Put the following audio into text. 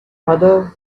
other